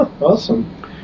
Awesome